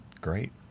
Great